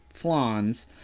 flans